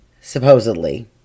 supposedly